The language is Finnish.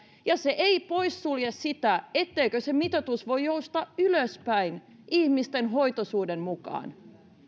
ja se ei poissulje sitä etteikö se mitoitus voi joustaa ylöspäin ihmisten hoitoisuuden mukaan